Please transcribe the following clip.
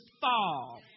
fall